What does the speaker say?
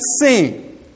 sing